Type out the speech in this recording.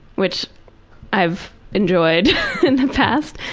which i've enjoyed in the past.